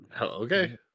Okay